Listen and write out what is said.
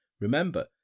Remember